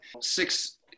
six